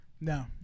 No